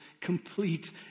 complete